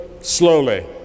slowly